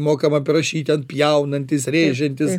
mokamam aprašyt ten pjaunantis rėžiantis